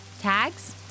tags